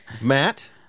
Matt